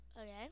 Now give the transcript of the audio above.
okay